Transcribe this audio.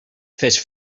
fes